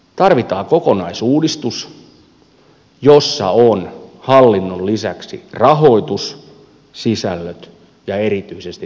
tarvitaan kokonaisuudistus jossa on hallinnon lisäksi rahoitus sisällöt ja erityisesti tietotekniikka